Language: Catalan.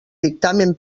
dictamen